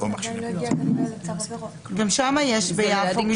הרי גם ביפו יש מסגדים.